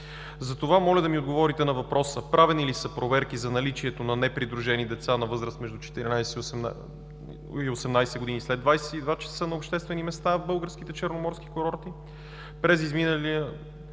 Затова моля да ми отговорите на въпроса: правени ли са проверки за наличието на непридружени деца на възраст между 14 и 18 години след 22,00 ч. на обществени места в българските черноморски курорти през изминалия